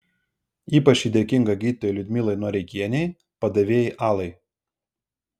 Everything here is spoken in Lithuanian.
ypač ji dėkinga gydytojai liudmilai noreikienei padavėjai alai